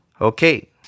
Okay